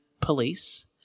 police